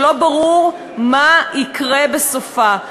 שלא ברור מה יקרה בסופה.